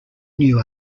new